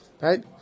Right